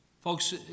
Folks